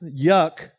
yuck